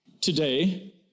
today